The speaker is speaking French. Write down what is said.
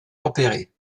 tempérée